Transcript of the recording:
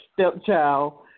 stepchild